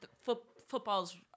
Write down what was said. football's